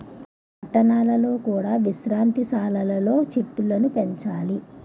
పట్టణాలలో కూడా విశ్రాంతి సాలలు లో చెట్టులను పెంచాలి